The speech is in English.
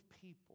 people